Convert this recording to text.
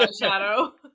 Shadow